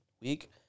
week